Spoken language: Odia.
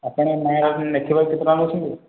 ଆପଣ ନାଁ ଲେଖିବାକୁ କେତେ ଟଙ୍କା ନେଉଛନ୍ତି